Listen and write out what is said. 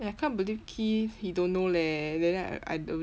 eh I can't believe key he don't know leh then I don't